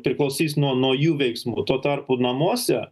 priklausys nuo nuo jų veiksmų tuo tarpu namuose